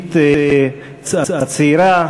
היהודית הצעירה,